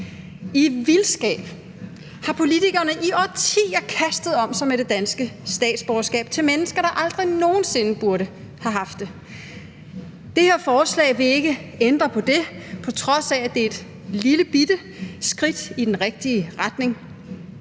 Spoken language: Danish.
I vildskab har politikerne i årtier kastet om sig med det danske statsborgerskab til mennesker, der aldrig nogen sinde burde have haft det. Det her forslag vil ikke ændre på det, på trods af at det er et lillebitte skridt i den rigtige retning.